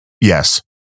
Yes